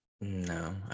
No